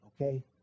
Okay